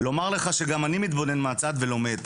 לומר לך שגם אני מתבונן מהצד, ולומד.